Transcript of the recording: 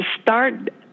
start